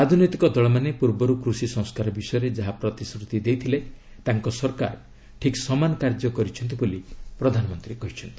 ରାଜନୈତିକ ଦଳମାନେ ପୂର୍ବରୁ କୃଷି ସଂସ୍କାର ବିଷୟରେ ଯାହା ପ୍ରତିଶ୍ରତି ଦେଇଥିଲେ ତାଙ୍କ ସରକାର ଠିକ୍ ସମାନ କାର୍ଯ୍ୟ କରିଛନ୍ତି ବୋଲି ପ୍ରଧାନମନ୍ତ୍ରୀ କହିଛନ୍ତି